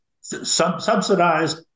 subsidized